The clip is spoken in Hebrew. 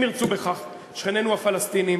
אם ירצו בכך שכנינו הפלסטינים,